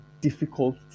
difficult